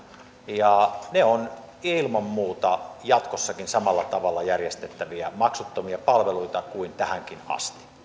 ne ovat ilman muuta jatkossakin samalla tavalla järjestettäviä maksuttomia palveluita kuin tähänkin asti niissä